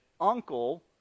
uncle